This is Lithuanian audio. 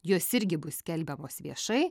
jos irgi bus skelbiamos viešai